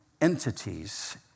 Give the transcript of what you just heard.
entities